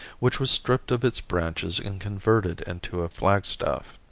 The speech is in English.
which was stripped of its branches and converted into a flagstaff.